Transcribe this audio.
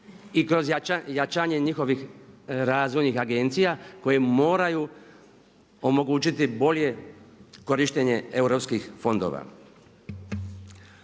i kroz jačanje njihovih razvojnih agencija koje moraju omogućiti bolje korištenje europskih fondova.